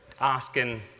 asking